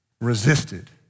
resisted